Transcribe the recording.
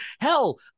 hell